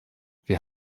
wir